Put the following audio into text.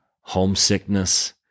homesickness